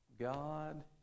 God